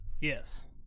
Yes